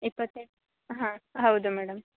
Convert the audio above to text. ಇಪ್ಪತ್ತೇ ಹಾಂ ಹೌದು ಮೇಡಮ್